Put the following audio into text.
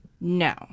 No